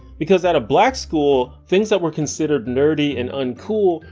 because at a black school, things that were considered nerdy and uncool,